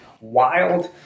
wild